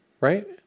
Right